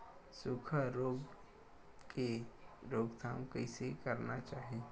सुखा रोग के रोकथाम कइसे करना चाही?